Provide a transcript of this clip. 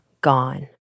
gone